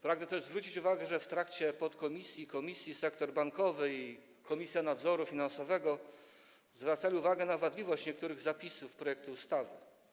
Pragnę też zwrócić uwagę, że w trakcie posiedzeń podkomisji i komisji sektor bankowy i Komisja Nadzoru Finansowego zwracały uwagę na wadliwość niektórych zapisów projektu ustawy.